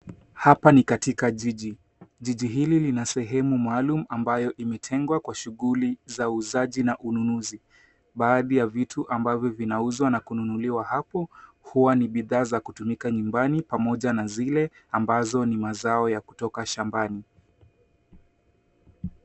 Hapa ni katika jiji. Jiji hili lina sehemu maalum ambayo imetengwa kwa shughuli za uuzaji na ununuzi. Baadhi ya vitu amabzo zinauzwa na kununuliwa hapo huwa ni bidhaa za kutumiwa nyumbani pamoja na zile ambazo ni mazao za kutoka shambani.